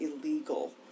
illegal